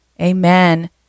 Amen